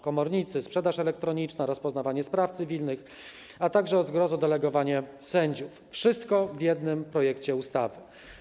Komornicy, sprzedaż elektroniczna, rozpoznawanie spraw cywilnych, a także, o zgrozo, delegowanie sędziów - to wszystko w jednym projekcie ustawy.